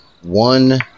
one